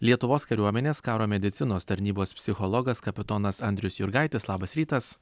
lietuvos kariuomenės karo medicinos tarnybos psichologas kapitonas andrius jurgaitis labas rytas